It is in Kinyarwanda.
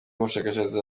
umushakashatsi